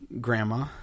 grandma